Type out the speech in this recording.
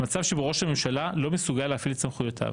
מצב שבו ראש הממשלה לא מסוגל להפעיל את סמכויותיו.